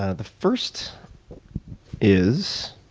ah the first is